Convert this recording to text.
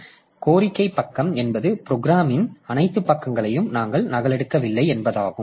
எனவே கோரிக்கை பக்கம் என்பது ப்ரோக்ராம்ன் அனைத்து பக்கங்களையும் நாங்கள் நகலெடுக்கவில்லை என்பதாகும்